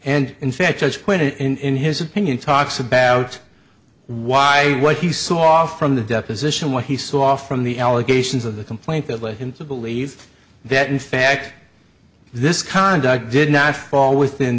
and in fact judge appointed in his opinion talks about why what he saw from the deposition what he saw from the allegations of the complaint that led him to believe that in fact this conduct did not fall within